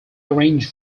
arranged